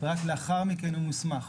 ורק לאחר מכן הוא מוסמך.